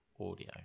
audio